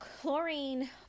chlorine